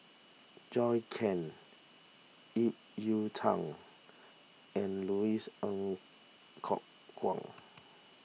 Zhou Can Ip Yiu Tung and Louis Ng Kok Kwang